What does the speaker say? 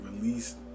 released